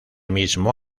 mismo